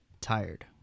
Tired